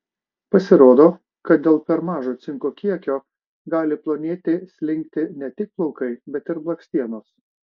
pasirodo kad dėl per mažo cinko kiekio gali plonėti slinkti ne tik plaukai bet ir blakstienos